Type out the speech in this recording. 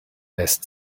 best